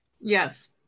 Yes